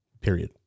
Period